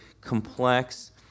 complex